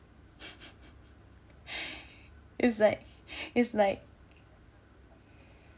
is like is like